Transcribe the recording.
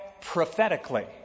prophetically